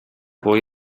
poi